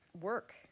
work